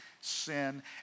sin